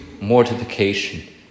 mortification